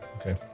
okay